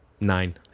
Nine